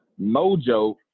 mojo